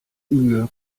mühe